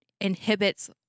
inhibits